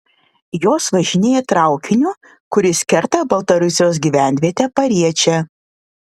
jos važinėja traukiniu kuris kerta baltarusijos gyvenvietę pariečę